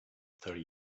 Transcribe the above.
thirty